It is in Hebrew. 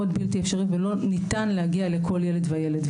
מאוד בלתי אפשרי ולא ניתן להגיע לכל ילד וילד.